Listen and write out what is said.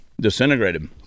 disintegrated